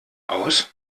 aus